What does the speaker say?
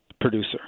producer